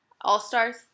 All-Stars